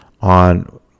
on